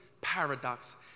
paradox